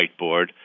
whiteboard